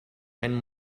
ein